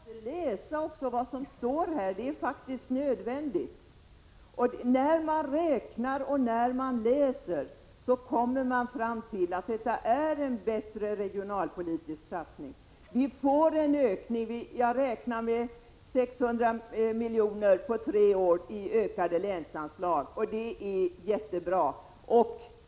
Fru talman! Det går inte att bara räkna, man måste läsa vad som är skrivet också. Det är faktiskt nödvändigt. När man räknar och när man läser, kommer man fram till att detta är en bättre regionalpolitisk satsning. Vi får en ökning. Jag räknar med 600 milj.kr. på tre år i ökade länsanslag, vilket är jättebra.